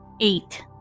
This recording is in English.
eight